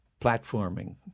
platforming